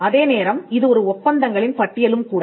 அதே நேரம் இது ஒரு ஒப்பந்தங்களின் பட்டியலும் கூட